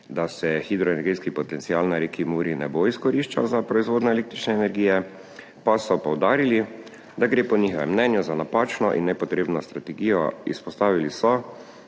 da se hidroenergetski potencial na reki Muri ne bo izkoriščal za proizvodnjo električne energije, pa so poudarili, da gre po njihovem mnenju za napačno in nepotrebno strategijo. Izpostavili so,